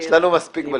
יש לנו מספיק בליכוד.